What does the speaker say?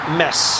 mess